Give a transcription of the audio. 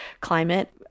climate